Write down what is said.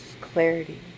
clarity